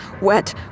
wet